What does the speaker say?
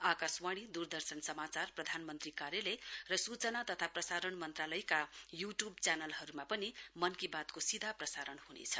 आकाशवाणी दूरदर्शन समाचार प्रधानमन्त्री कार्यालय र सूचना तथा प्रसारण मन्त्रालयका यू ट्यूब च्यानलहरुमा पनि मन की बात को सीधा प्रसारण गरिनेछ